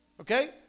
okay